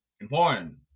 Important